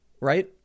Right